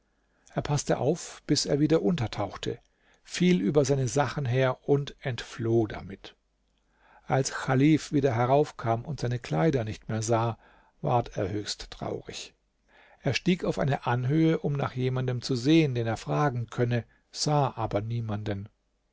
er paßte auf bis er wieder untertauchte fiel über seine sachen her und entfloh damit als chalif wieder heraufkam und seine kleider nicht mehr sah ward er höchst traurig er stieg auf eine anhöhe um nach jemanden zu sehen den er fragen könne sah aber niemanden